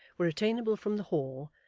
were attainable from the hall,